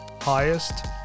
highest